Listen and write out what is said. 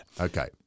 Okay